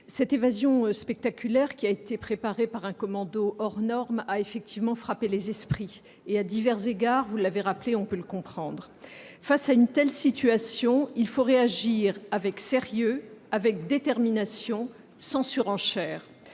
cette évasion spectaculaire, qui a été préparée par un commando hors norme, a effectivement frappé les esprits ; à divers égards, on peut le comprendre. Devant une telle situation, il faut réagir avec sérieux, avec détermination, sans surenchère.